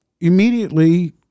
immediately